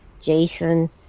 Jason